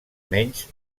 menys